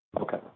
Okay